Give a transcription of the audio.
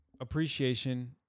Appreciation